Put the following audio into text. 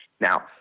Now